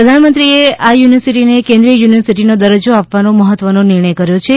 પ્રધાનમંત્રીએ આ યૂનિવર્સિટીને કેન્દ્રિય યુનિવર્સિટીનો દરજ્જો આપવાનો મહત્વનો નિર્ણય કર્યો છે